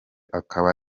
akaba